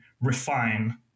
refine